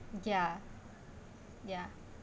yeah yeah